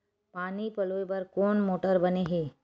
पानी पलोय बर कोन मोटर बने हे?